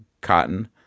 cotton